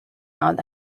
out